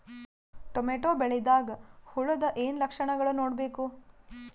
Tomato ಬೆಳಿದಾಗ್ ಹುಳದ ಏನ್ ಲಕ್ಷಣಗಳು ನೋಡ್ಬೇಕು?